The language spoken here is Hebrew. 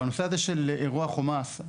בנושא הזה של אירוע חומ"ס,